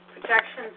protections